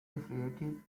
affiliated